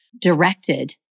directed